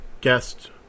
guest